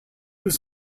was